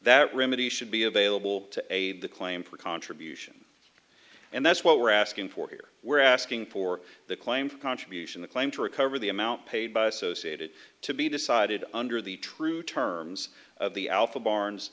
that remedy should be available to a claim for contribution and that's what we're asking for here we're asking for the claim for contribution the claim to recover the amount paid by associated to be decided under the true terms of the alpha barnes